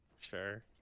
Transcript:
Sure